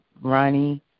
Ronnie